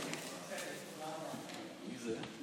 נאום כל שבוע, מה אתה צריך להחליף?